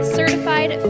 certified